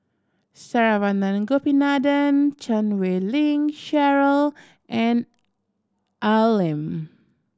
Saravanan Gopinathan Chan Wei Ling Cheryl and Al Lim